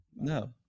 No